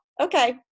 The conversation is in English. okay